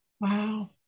wow